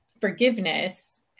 forgiveness